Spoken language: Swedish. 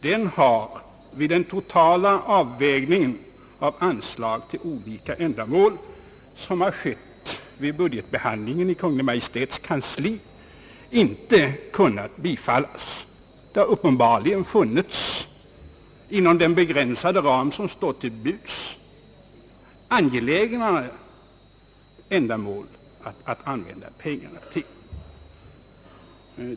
Den har vid den totala avvägning av anslag till olika ändamål, som har skett vid budgetbehandlingen i Kungl. Maj:ts kansli, inte kunnat bifallas. Det har uppenbarligen inom den begränsade ram, som står till buds, funnits angelägnare ändamål att använda pengarna till.